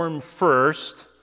first